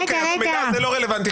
אה, המידע הזה לא רלוונטי.